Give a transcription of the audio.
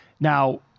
Now